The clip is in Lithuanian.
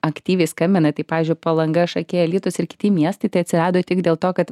aktyviai skambina tai pavyzdžiui palanga šakiai alytus ir kiti miestai tai atsirado tik dėl to kad